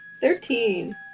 Thirteen